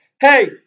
hey